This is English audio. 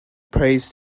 prays